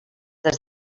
des